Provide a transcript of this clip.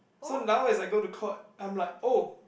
so now as I go to court I'm like oh